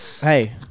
Hey